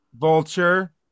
Vulture